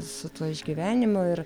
su tuo išgyvenimu ir